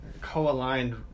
co-aligned